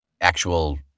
Actual